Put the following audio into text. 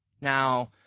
Now